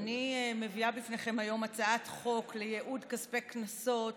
אני מביאה בפניכם היום הצעת חוק לייעוד כספי קנסות